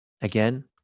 Again